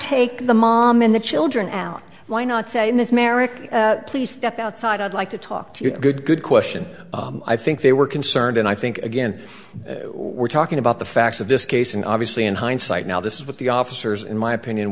take the mom and the children out why not say in this merrick please step outside i'd like to talk to you good good question i think they were concerned and i think again we're talking about the facts of this case and obviously in hindsight now this is what the officers in my opinion